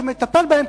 שמטפלת בהם,